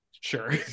sure